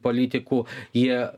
politikų jie